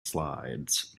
slides